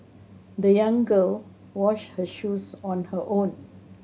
the young girl washed her shoes on her own